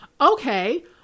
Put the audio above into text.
Okay